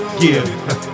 give